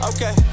Okay